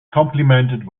complimented